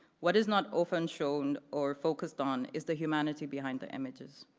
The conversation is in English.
what is not often shown or focused on is the humanity behind the images,